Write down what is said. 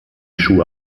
schuhe